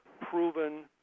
proven